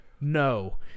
No